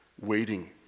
waiting